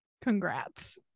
congrats